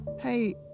Hey